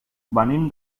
venim